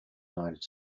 united